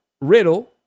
Riddle